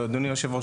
אדוני היושב-ראש,